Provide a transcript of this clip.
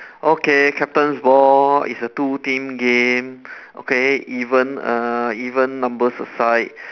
okay captain's ball is a two team game okay even a even numbers a side